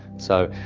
so,